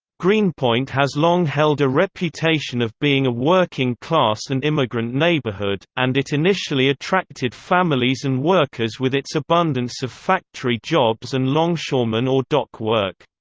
greenpoint has long held a reputation of being a working class and immigrant neighborhood, and it initially attracted families and workers with its abundance of factory jobs and longshoreman or dock work.